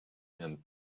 and